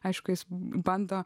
aišku jis bando